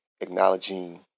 acknowledging